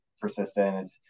persistent